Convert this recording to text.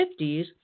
1950s